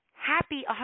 happy